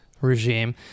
regime